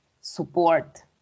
support